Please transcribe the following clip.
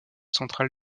central